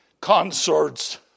concerts